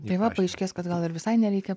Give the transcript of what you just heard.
tai va paaiškės kad gal ir visai nereikia